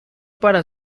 para